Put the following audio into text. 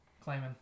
claiming